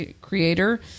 creator